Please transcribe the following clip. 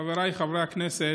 חבריי חברי הכנסת,